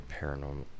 paranormal